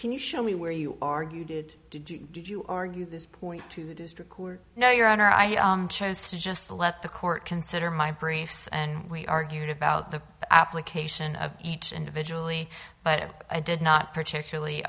can you show me where you argue did did you did you argue this point to the district no your honor i chose to just let the court consider my briefs and we argued about the application of each individually but i did not particularly